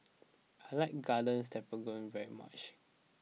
I like Garden Stroganoff very much